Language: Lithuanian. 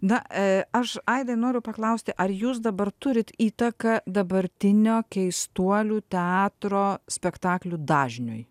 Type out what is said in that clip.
na aš aidai noriu paklausti ar jūs dabar turit įtaką dabartinio keistuolių teatro spektaklių dažniui